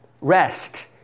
rest